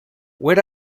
were